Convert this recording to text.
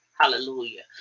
Hallelujah